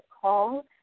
call